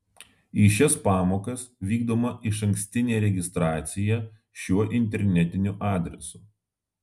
į šias pamokas vykdoma išankstinė registracija šiuo internetiniu adresu